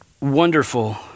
wonderful